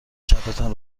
چپتان